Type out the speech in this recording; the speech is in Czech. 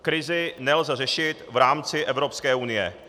Krizi nelze řešit v rámci Evropské unie.